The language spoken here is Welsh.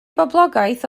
boblogaeth